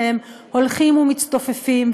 והם הולכים ומצטופפים,